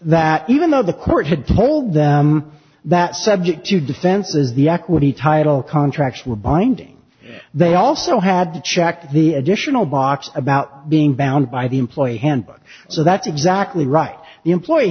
that even though the court had told them that subject to defend the equity title contracts were binding they also had to check the additional box about being bound by the employee handbook so that's exactly right the employee